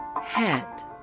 Hat